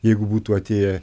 jeigu būtų atėję